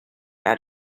out